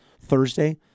Thursday